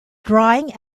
drying